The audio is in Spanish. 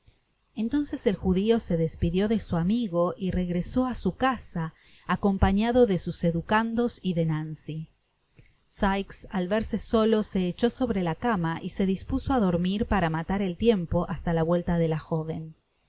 entonces el judio se despidió de su amigo y regresó á su casa acompañado de sus educandos y de nancy sikes al verse solo se echó sobre la cama y se dispuso á dormir para matar el tiempo bastala vuelta de la joven